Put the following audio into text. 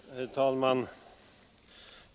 Herr talman!